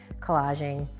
collaging.